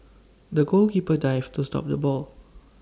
the goalkeeper dived to stop the ball